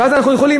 ואז אנחנו יכולים.